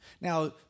Now